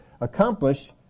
accomplish